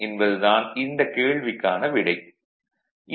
என்பது தான் இந்தக் கேள்விக்கான விடை ஆகும்